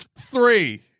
three